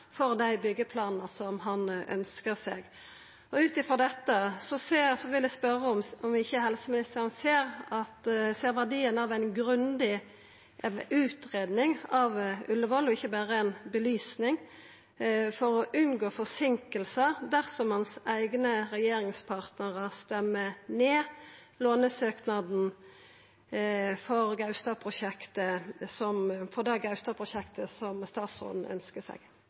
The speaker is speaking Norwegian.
for dei byggjeplanane som han ønskjer seg. Ut frå dette vil eg spørja om ikkje helseministeren ser verdien av ei grundig utgreiing av Ullevål – ikkje berre ei belysning – for å unngå forseinkingar dersom hans eigne regjeringspartnarar stemmer ned lånesøknaden for det Gaustad-prosjektet som statsråden ønskjer seg.